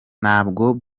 ntabwo